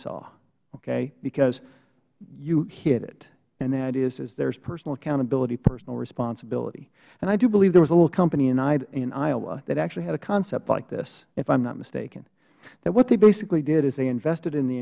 saw okay because you hit it and that is there is personal accountability personal responsibility and i do believe there was a little company in iowa that actually had a concept like this if i am not mistaken and what they basically did is they invested in the